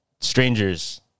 strangers